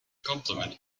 complement